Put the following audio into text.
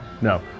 No